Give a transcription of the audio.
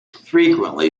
frequently